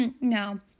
No